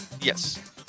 Yes